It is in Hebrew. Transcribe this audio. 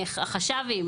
החשבים,